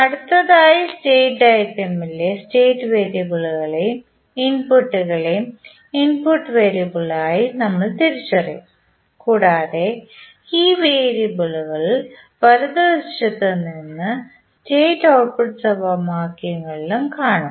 അടുത്തതായി സ്റ്റേറ്റ് ഡയഗ്രാമിലെ സ്റ്റേറ്റ് വേരിയബിളുകളെയും ഇൻപുട്ടുകളെയും ഇൻപുട്ട് വേരിയബിളായി നമ്മൾ തിരിച്ചറിയും കൂടാതെ ഈ വേരിയബിളുകൾ വലതുവശത്ത് സ്റ്റേറ്റ് ഔട്ട്പുട്ട് സമവാക്യങ്ങളിലും കാണാം